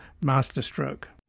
masterstroke